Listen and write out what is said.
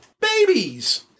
babies